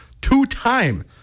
Two-time